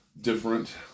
different